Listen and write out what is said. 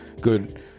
good